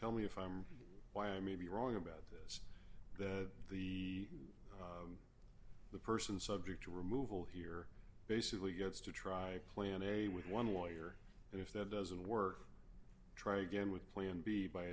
tell me if i'm why i may be wrong about this that the the person subject to removal here basically gets to try plan a with one warrior and if that doesn't work try again with plan b by